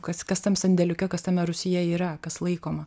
kas kas tam sandėliuke kas tame rūsyje yra kas laikoma